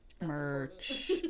Merch